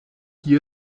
hier